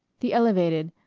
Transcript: the elevated,